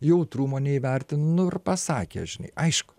jautrumo neįvertino nu ir pasakė žinai aišku